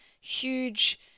huge